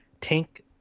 tank